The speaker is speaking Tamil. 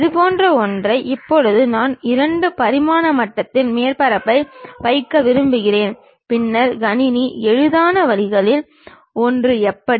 அதுபோன்ற ஒன்றை இப்போது நான் 2 பரிமாண மட்டத்தில் மேற்பரப்பை வைக்க விரும்புகிறேன் பின்னர் கணினி எளிதான வழிகளில் ஒன்று எப்படி